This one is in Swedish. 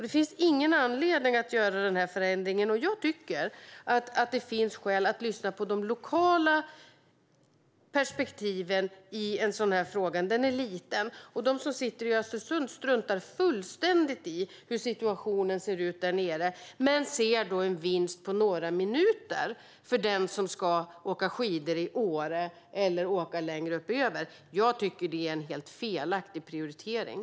Det finns ingen anledning att göra den här förändringen. Det finns skäl att lyssna på de lokala perspektiven i en sådan fråga. Det är en liten fråga. De som sitter i Östersund struntar fullständigt i hur situationen ser ut därnere men ser en vinst på några minuter för den som ska åka skidor i Åre eller åka längre uppöver. Jag tycker att det är en helt felaktig prioritering.